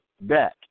back